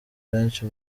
benshi